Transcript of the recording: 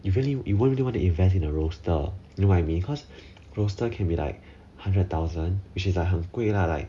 you really you won't really want to invest in a roaster know what I mean cause roaster can be like hundred thousand which is like 很贵 lah like